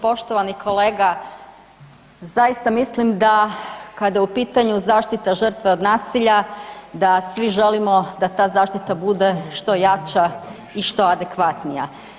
Poštovani kolega, zaista mislim da kada je u pitanju zaštita žrtve od nasilja da svi želimo da ta zaštita bude što jača i što adekvatnija.